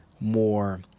more